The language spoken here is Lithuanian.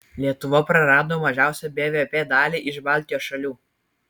lietuva prarado mažiausią bvp dalį iš baltijos šalių